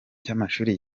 cy’amashuri